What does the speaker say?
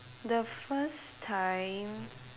the first time